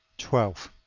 twelve.